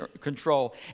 control